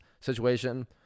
situation